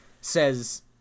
says